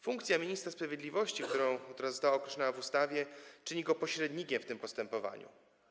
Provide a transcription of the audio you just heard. Funkcja ministra sprawiedliwości, która została określona w ustawie, czyni go pośrednikiem w tym postępowaniu.